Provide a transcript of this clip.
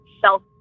self